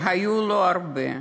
והיו לו הרבה,